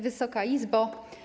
Wysoka Izbo!